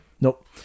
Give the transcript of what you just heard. Nope